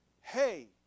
Hey